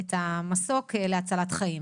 את המסוק להצלת חיים.